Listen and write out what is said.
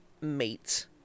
meet